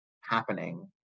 happening